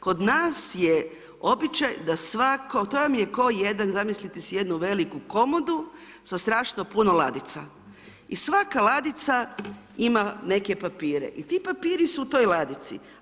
Kod nas je običaj da svatko, to vam je ko jedan, zamislite si jednu veliku komodu sa strašno puno ladica i svaka ladica ima neke papire i ti papiri su u toj ladici.